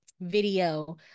video